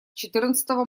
четырнадцатого